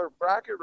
bracket